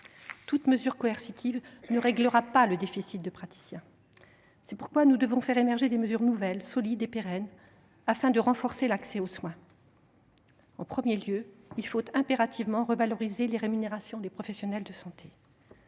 Les mesures coercitives ne régleront pas le déficit de praticiens. C’est pourquoi nous devons faire émerger des mesures nouvelles, solides et pérennes afin de renforcer l’accès aux soins. D’abord, il faut impérativement revaloriser la rémunération des professionnels de santé.